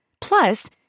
Plus